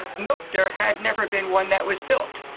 note there had never been one that was built.